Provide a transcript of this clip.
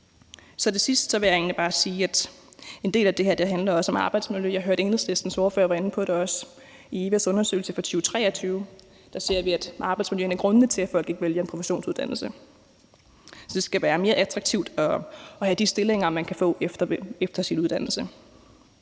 Til sidst vil jeg egentlig bare sige, at en del af det her også handler om arbejdsmiljø, og jeg hørte, at Enhedslistens ordfører var inde på det også. I EVA's undersøgelse fra 2023 ser vi, at arbejdsmiljøet er en af grundene til, at folk ikke vælger en professionsuddannelse. Det skal være mere attraktivt at have de stillinger, man kan få efter sin uddannelse.